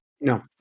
No